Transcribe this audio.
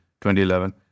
2011